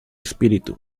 espíritu